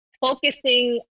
focusing